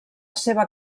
seva